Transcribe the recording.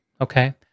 okay